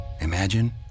imagine